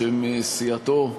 בשם סיעתו,